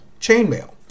Chainmail